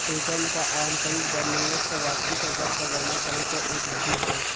return क आंतरिक दर निवेश क वापसी क दर क गणना करे के एक विधि हौ